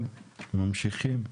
טוב, ממשיכים.